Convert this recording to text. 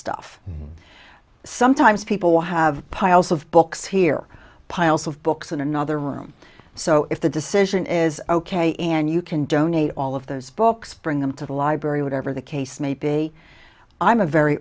stuff sometimes people have piles of books here piles of books in another room so if the decision is ok and you can donate all of those books bring them to the library whatever the case maybe i'm a very